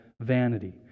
vanity